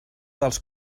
dels